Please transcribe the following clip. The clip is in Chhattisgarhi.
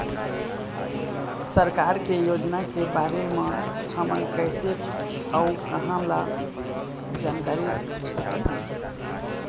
सरकार के योजना के बारे म हमन कैसे अऊ कहां ल जानकारी सकथन?